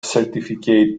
certificate